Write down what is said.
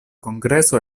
kongreso